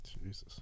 Jesus